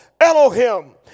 Elohim